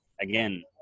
again